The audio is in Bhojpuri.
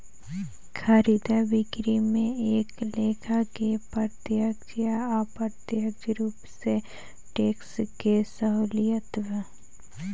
खरीदा बिक्री में एक लेखा के प्रत्यक्ष आ अप्रत्यक्ष रूप से टैक्स के सहूलियत बा